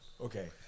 Okay